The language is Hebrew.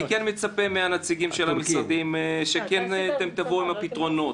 אני מצפה מהנציגים של המשרדים שתבואו עם הפתרונות,